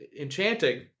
enchanting